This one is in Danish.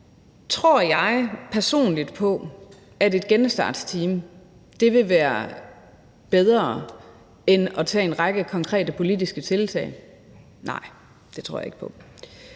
Tror jeg personligt på, at et genstartsteam vil være bedre end at tage en række konkrete politiske tiltag? Nej, det tror jeg ikke på.